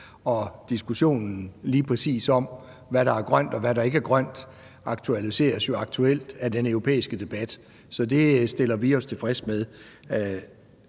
og diskussionen om, lige præcis hvad der er grønt, og hvad der ikke er grønt, aktualiseres jo af den nuværende europæiske debat. Så det stiller vi os tilfredse med